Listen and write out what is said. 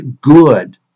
good